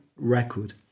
record